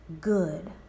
good